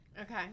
Okay